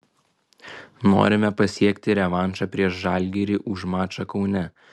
norime pasiekti revanšą prieš žalgirį už mačą kaune